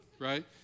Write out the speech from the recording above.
right